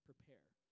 Prepare